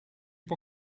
può